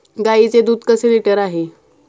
गाईचे दूध कसे लिटर आहे?